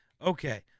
Okay